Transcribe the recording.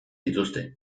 dituzte